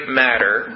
matter